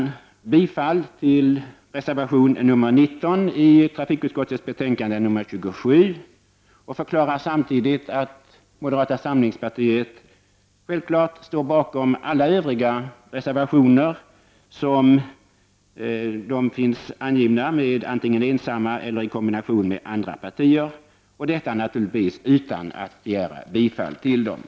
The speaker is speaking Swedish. Jag yrkar bifall till reservation 19 till trafikutskottets betänkande 27 och förklarar samtidigt att vi i moderata samlingspartiet självfallet stöder alla reservationer som vi ensamma eller tillsammans med andra partiet står bakom, även om jag inte nämner var och en av dessa.